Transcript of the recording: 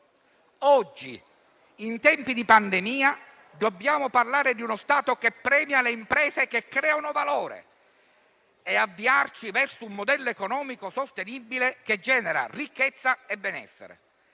Oggi, in tempi di pandemia, dobbiamo parlare di uno Stato che premia le imprese che creano valore e avviarci verso un modello economico sostenibile, che genera ricchezza e benessere.